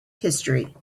history